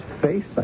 face